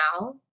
now